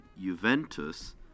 Juventus